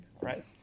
right